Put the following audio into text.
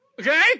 Okay